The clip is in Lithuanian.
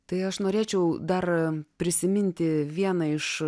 tai aš norėčiau dar prisiminti vieną iš